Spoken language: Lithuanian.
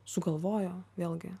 sugalvojo vėlgi